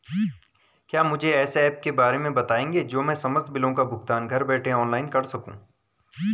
क्या मुझे ऐसे ऐप के बारे में बताएँगे जो मैं समस्त बिलों का भुगतान घर बैठे ऑनलाइन कर सकूँ?